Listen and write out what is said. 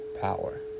Power